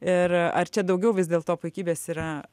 ir ar čia daugiau vis dėlto puikybės yra